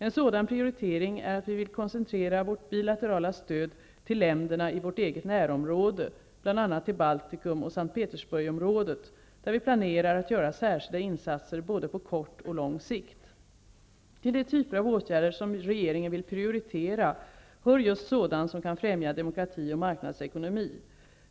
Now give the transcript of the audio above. En sådan prioritering är att vi vill koncentrera vårt bilaterala stöd till länderna i vårt eget närområde, bl.a. till Baltikum och S:t Petersburgsområdet, där vi planerar att göra särskilda insatser på både kort och lång sikt. Till de typer av åtgärder som regeringen vill prioritera hör just sådant som kan främja demokrati och marknadsekonomi.